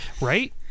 right